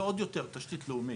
ועוד יותר תשתית לאומית,